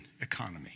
economy